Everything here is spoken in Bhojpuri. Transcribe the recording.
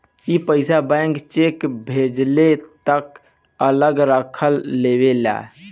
ई पइसा बैंक चेक भजले तक अलग रख लेवेला